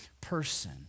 person